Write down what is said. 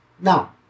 Now